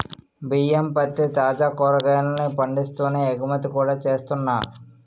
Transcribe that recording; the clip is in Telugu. బియ్యం, పత్తి, తాజా కాయగూరల్ని పండిస్తూనే ఎగుమతి కూడా చేస్తున్నా